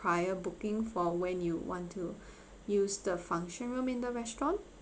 prior booking for when you want to use the function room in the restaurant